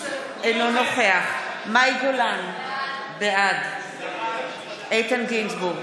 אינו נוכח מאי גולן, בעד איתן גינזבורג,